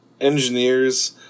engineers